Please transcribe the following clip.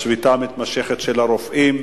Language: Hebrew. השביתה המתמשכת של הרופאים,